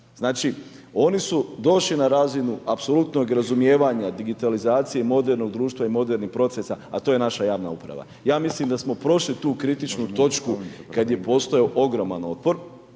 Znači oni su došli na razinu apsolutnog razumijevanja digitalizacije modernog društva i modernih procesa a to je naša javna uprava. Ja mislim da smo prošli tu kritičnu točku kad je postojao ogroman otpor,